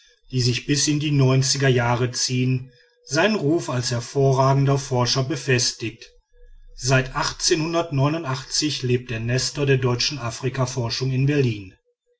die sich bis in die neunziger jahre ziehen seinen ruf als hervorragender forscher befestigt seit lebt der nestor der deutschen afrikaforschung in berlin